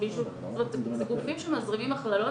גופים שמזרימים הכללות,